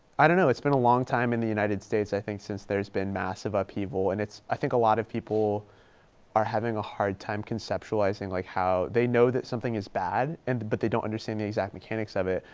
i don't know. it's been a long time in the united states, i think since there's been massive upheaval and it's, i think a lot of people are having a hard time conceptualizing like how they know that something is bad and, but they don't understand the exact mechanics of it.